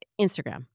Instagram